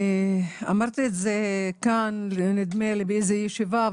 אמרתי את זה כאן נדמה לי באיזה ישיבה,